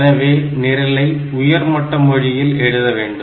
எனவே நிரலை உயர்மட்ட மொழியில் எழுத வேண்டும்